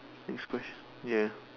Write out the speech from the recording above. next question ya